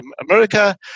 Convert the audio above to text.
America